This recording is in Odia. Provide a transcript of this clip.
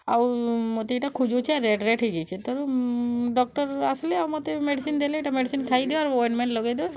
ଆଉ ମୋତେ ଏଇଟା ଖୁଜାଉଛି ଆଉ ରେଡ଼୍ ରେଡ଼୍ ହେଇଯାଇଛି ତେଣୁ ଡକ୍ଟରର ଆସିଲେ ମୋତେ ମେଡ଼ିସିନ ଦେଲେ ଏଇଟା ମେଡ଼ିସିନ ଖାଇଦିଅ ଔର୍ ଅଏଣ୍ଟମେଣ୍ଟ ଲଗାଇ ଦିଅ